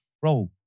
Bro